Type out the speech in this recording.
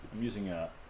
using that